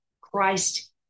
Christ